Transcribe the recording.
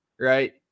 right